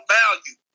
value